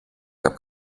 gab